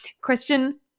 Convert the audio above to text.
Question